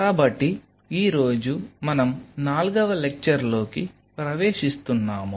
కాబట్టి ఈ రోజు మనం నాల్గవ లెక్చర్ లోకి ప్రవేశిస్తున్నాము